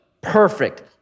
perfect